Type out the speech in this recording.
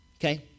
Okay